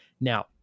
Now